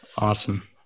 Awesome